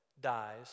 dies